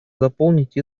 заполнить